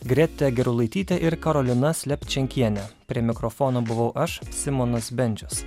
gretė gerulaitytė ir karolina slepčenkienė prie mikrofono buvau aš simonas bendžius